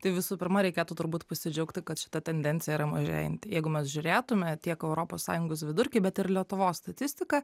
tai visų pirma reikėtų turbūt pasidžiaugti kad šita tendencija yra mažėjanti jeigu mes žiūrėtume tiek europos sąjungos vidurkį bet ir lietuvos statistiką